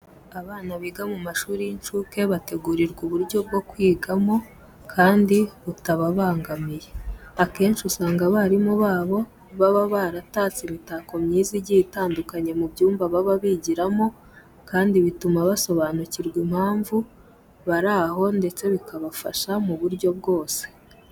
Abana biga mu mashuri y'incuke bategurirwa uburyo bwo kwigamo kandi butababangamiye. Akenshi usanga abarimu babo baba baratatse imitako myiza igiye itandukanye mu byumba baba bigiramo kandi bituma basobanukirwa impamvu bari aho ndetse bikabafasha mu buryo bwose.